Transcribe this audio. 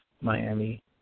Miami